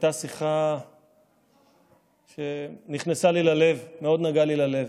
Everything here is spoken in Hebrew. הייתה שיחה שנכנסה לי ללב, מאוד נגעה לי ללב.